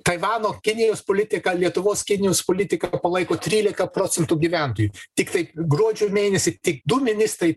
taivano kinijos politiką lietuvos kinijos politiką palaiko trylika procentų gyventojų tiktai gruodžio mėnesį tik du ministrai